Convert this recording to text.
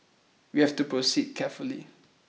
we have to proceed carefully